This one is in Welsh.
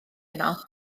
yno